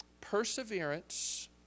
perseverance